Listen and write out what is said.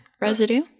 residue